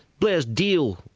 blair's deal,